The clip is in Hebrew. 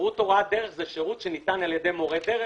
ו"שירות הוראת דרך" זה שירות שניתן על ידי מורה דרך.